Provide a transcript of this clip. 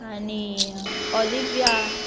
आनी ऑलिव्या